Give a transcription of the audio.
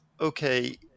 okay